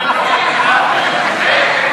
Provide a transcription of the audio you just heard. הציוני,